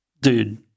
dude